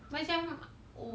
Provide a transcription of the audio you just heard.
ya